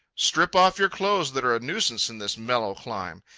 strip off your clothes that are a nuisance in this mellow clime.